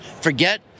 Forget